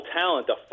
talent